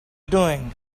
doing